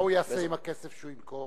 מה הוא יעשה עם הכסף אחרי שהוא ימכור?